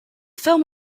film